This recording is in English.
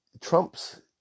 Trump's